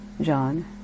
John